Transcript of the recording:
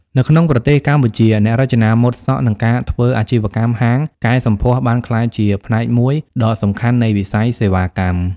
នៅក្នុងប្រទេសកម្ពុជា អ្នករចនាម៉ូដសក់និងការធ្វើអាជីវកម្មហាងកែសម្ផស្សបានក្លាយជាផ្នែកមួយដ៏សំខាន់នៃវិស័យសេវាកម្ម។